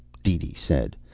deedee said.